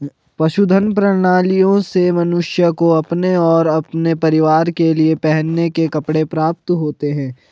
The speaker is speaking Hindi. पशुधन प्रणालियों से मनुष्य को अपने और अपने परिवार के लिए पहनने के कपड़े प्राप्त होते हैं